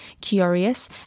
curious